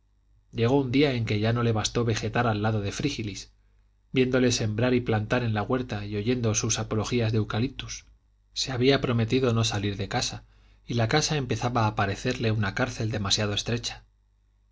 llegó un día en que ya no le bastó vegetar al lado de frígilis viéndole sembrar y plantar en la huerta y oyendo sus apologías del eucaliptus se había prometido no salir de casa y la casa empezaba a parecerle una cárcel demasiado estrecha